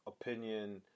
opinion